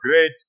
great